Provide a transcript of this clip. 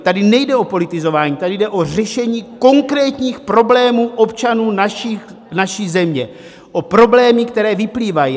Tady nejde o politizování, tady jde o řešení konkrétních problémů občanů naší země, o problémy, které vyplývají.